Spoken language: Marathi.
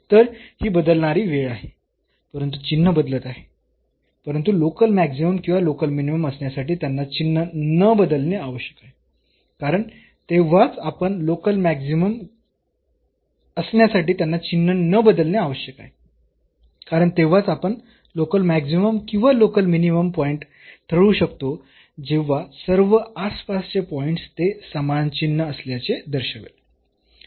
तर ही बदलणारी वेळ आहे परंतु चिन्ह बदलत आहे परंतु लोकल मॅक्सिमम किंवा लोकल मिनिमम असण्यासाठी त्यांनी चिन्ह न बदलणे आवश्यक आहे कारण तेव्हाच आपण लोकल मॅक्सिमम किंवा लोकल मिनिममचा पॉईंट ठरवू शकतो जेव्हा सर्व आसपासचे पॉईंट्स ते समान चिन्ह असल्याचे दर्शवेल